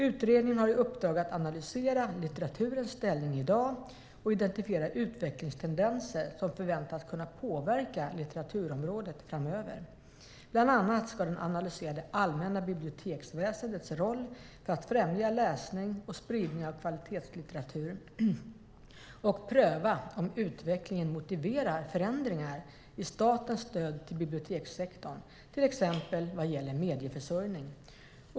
Utredningen har i uppdrag att analysera litteraturens ställning i dag och att identifiera utvecklingstendenser som förväntas kunna påverka litteraturområdet framöver. Bland annat ska den analysera det allmänna biblioteksväsendets roll för att främja läsning och spridning av kvalitetslitteratur och pröva om utvecklingen motiverar förändringar i statens stöd till bibliotekssektorn, till exempel vad gäller medieförsörjning.